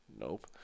nope